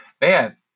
Man